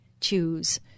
choose